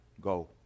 go